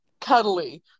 cuddly